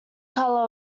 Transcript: color